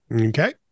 Okay